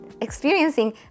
experiencing